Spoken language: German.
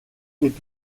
die